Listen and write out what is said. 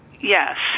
Yes